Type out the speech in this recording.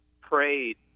prayed